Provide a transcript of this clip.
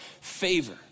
favor